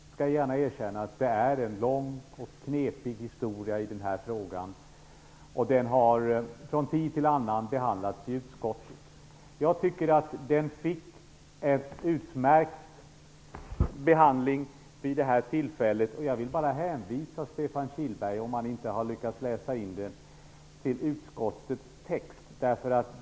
Jag skall gärna erkänna att det är en lång och knepig historia i den här frågan. Den har från tid till annan behandlats i utskottet. Jag tycker att frågan fick en utmärkt behandling vid detta tillfälle. Jag vill hänvisa Stefan Kihlberg, om han inte har lyckats läsa in det, till utskottets text.